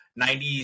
90s